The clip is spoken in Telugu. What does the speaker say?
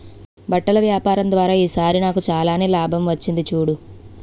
బట్టల వ్యాపారం ద్వారా ఈ సారి నాకు చాలానే లాభం వచ్చింది చూడు